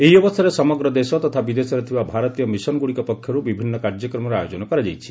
ଏହି ଅବସରରେ ସମଗ୍ର ଦେଶ ତଥା ବିଦେଶରେ ଥିବା ଭାରତୀୟ ମିଶନ୍ଗୁଡ଼ିକ ପକ୍ଷରୁ ବିଭିନ୍ନ କାର୍ଯ୍ୟକ୍ରମର ଆୟୋଜନ କରାଯାଇଛି